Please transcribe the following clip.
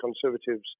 Conservatives